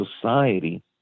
society